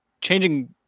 changing